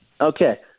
Okay